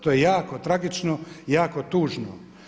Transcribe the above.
To je jako tragično i jako tužno.